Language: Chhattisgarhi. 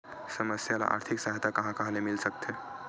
समस्या ल आर्थिक सहायता कहां कहा ले मिल सकथे?